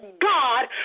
God